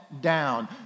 down